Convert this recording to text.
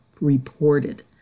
reported